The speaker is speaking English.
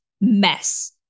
mess